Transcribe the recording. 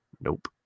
Nope